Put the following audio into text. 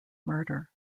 murder